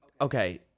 okay